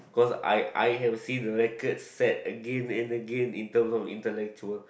cause I I have seen the record set again and again interval intellectual